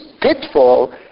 pitfall